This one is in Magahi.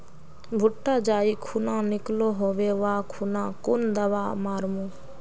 भुट्टा जाई खुना निकलो होबे वा खुना कुन दावा मार्मु?